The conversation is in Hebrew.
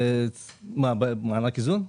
מה, מענק איזון?